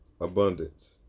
Abundance